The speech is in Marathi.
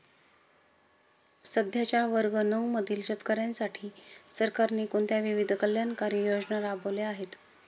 सध्याच्या वर्ग नऊ मधील शेतकऱ्यांसाठी सरकारने कोणत्या विविध कल्याणकारी योजना राबवल्या आहेत?